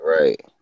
Right